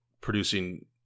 producing